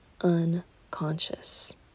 unconscious